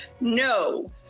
no